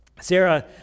Sarah